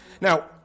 Now